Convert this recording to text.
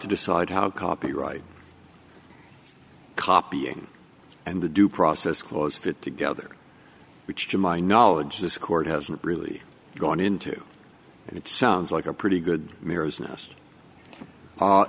to decide how copyright copying and the due process clause fit together which to my knowledge this court hasn't really gone into it sounds like a pretty good